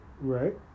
Right